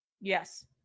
Yes